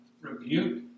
rebuke